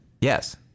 Yes